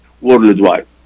worldwide